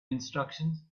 instructions